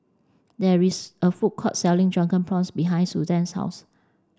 there is a food court selling drunken prawns behind Susanne's house